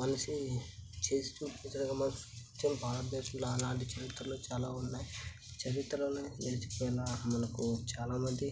మనిషి చేసి భారతదేశంలో అలాంటి చరిత్రలు చాలా ఉన్నాయి చరిత్రలో నిలిచిపోయిన మనకు చాలా మంది